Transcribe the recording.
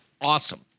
awesome